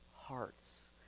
Hearts